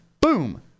Boom